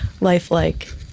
lifelike